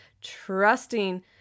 trusting